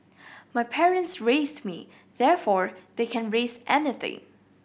my parents raised me therefore they can raise anything